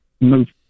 move